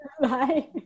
Bye